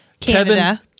Canada